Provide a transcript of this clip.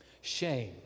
Shame